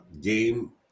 Game